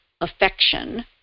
affection